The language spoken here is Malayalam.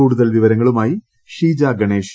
കൂടുതൽ വിവരങ്ങളുമായി ഷീജ ഗണേഷ്